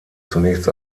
zunächst